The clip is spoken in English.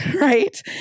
right